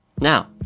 Now